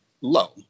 low